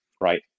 right